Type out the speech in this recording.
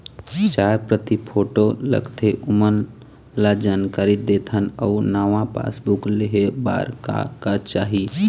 चार प्रति फोटो लगथे ओमन ला जानकारी देथन अऊ नावा पासबुक लेहे बार का का चाही?